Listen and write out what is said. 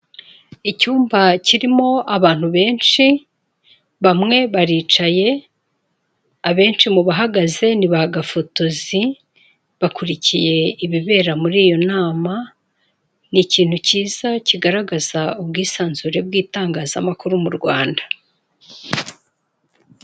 Icyumba kirimo abantu benshi bamwe baricaye abenshi mu bahagaze ni ba gafotozi bakurikiye ibibera muri iyo nama, ni ikintu cyiza kigaragaza ubwisanzure bw'itangazamakuru mu Rwanda.